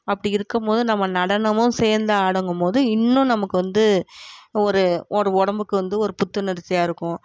அப்படி இருக்கும் போது நம்ம நடனமும் சேர்ந்து ஆடுங்கும் போது இன்னும் நமக்கு வந்து ஒரு ஒரு ஒடம்புக்கு வந்து ஒரு புத்துணர்ச்சியாக இருக்கும்